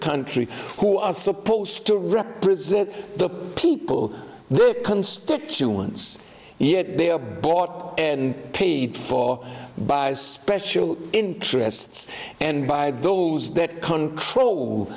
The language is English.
country who are supposed to represent the people their constituents yet they are bought and paid for by special interests and by those